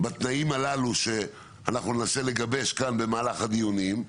בתנאים הללו שאנחנו ננסה לגבש כאן במהלך הדיונים,